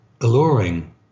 alluring